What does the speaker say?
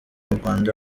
rwanda